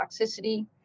toxicity